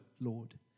Lord